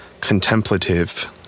Contemplative